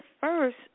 first